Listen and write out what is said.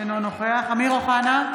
אינו נוכח אמיר אוחנה,